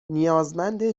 نیازمند